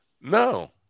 No